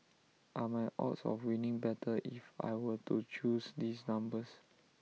are my odds of winning better if I were to choose these numbers